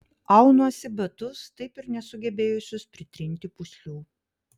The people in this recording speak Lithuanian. aunuosi batus taip ir nesugebėjusius pritrinti pūslių